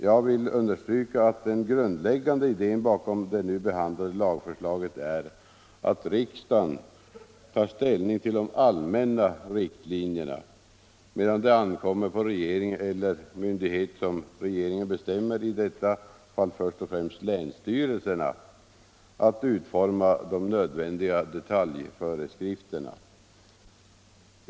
Jag vill understryka att den grundläggande idén bakom det nu framlagda lagförslaget är att riksdagen skall ta ställning till de allmänna riktlinjerna medan det ankommer på regeringen eller myndighet som regeringen bestämmer, i detta fall först och främst länsstyrelserna, att utforma de nödvändiga detaljföreskrifterna.